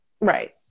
Right